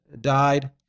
died